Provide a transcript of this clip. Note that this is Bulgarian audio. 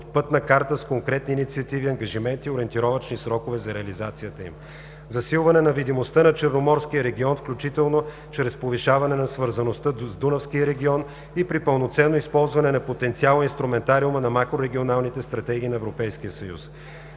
от Пътна карта с конкретни инициативи, ангажименти и ориентировъчни срокове за реализацията им; - засилване на видимостта на Черноморския регион, включително чрез повишаване на свързаността с Дунавския регион и при пълноценно използване на потенциала и инструментариума на макрорегионалните стратегии на Европейския съюз;